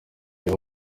aho